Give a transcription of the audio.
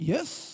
Yes